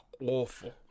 awful